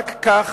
רק כך